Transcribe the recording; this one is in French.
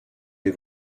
des